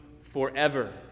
forever